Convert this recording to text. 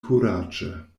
kuraĝe